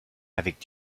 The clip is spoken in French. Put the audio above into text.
avec